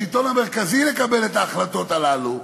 לגבי השלטון המרכזי לקבל את ההחלטות הללו,